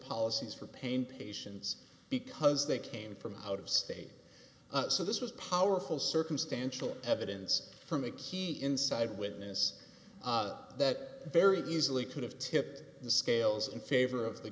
policies for pain patients because they came from out of state so this was powerful circumstantial evidence from a key inside witness that very easily could have tipped the scales in favor of the